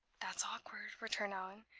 that's awkward, returned allan.